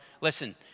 Listen